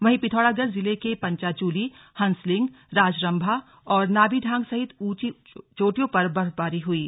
वहीं पिथौरागढ़ जिले के पंचाचूली हंसलिंग राजरभा और नाभिढांग सहित ऊंची चोटियों पर बर्फबारी हुई है